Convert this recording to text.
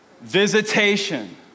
visitation